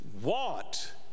want